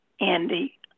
Andy